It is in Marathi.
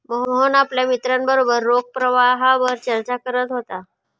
मोहन आपल्या मित्रांबरोबर रोख प्रवाहावर चर्चा करत होता